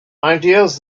ideas